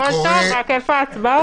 הכול טוב, רק איפה ההצבעות?